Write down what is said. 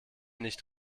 nicht